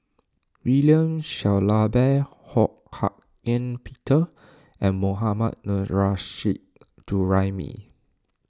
William Shellabear Ho Hak Ean Peter and Mohammad Nurrasyid Juraimi